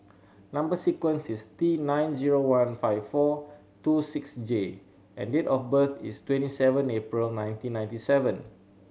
number sequence is T nine zero one five four two six J and date of birth is twenty seven April nineteen ninety seven